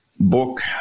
book